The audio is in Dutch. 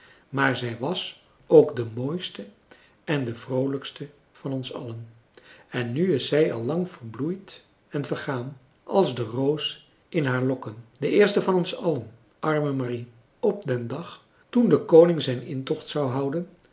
maar zij was ook de mooiste en de vroolijkste van ons allen en nu is zij al lang verbloeid en vergaan als de roos in haar françois haverschmidt familie en kennissen lokken de eerste van ons allen arme marie op den dag toen de koning zijn intocht zou houden